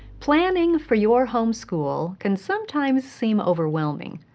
planning for your home school can sometimes seem overwhelming.